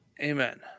Amen